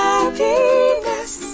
Happiness